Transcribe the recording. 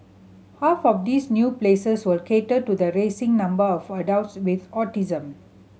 half of these new places will cater to the rising number of adults with autism